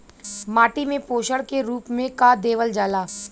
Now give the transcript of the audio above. माटी में पोषण के रूप में का देवल जाला?